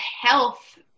health